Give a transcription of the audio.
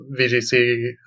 VGC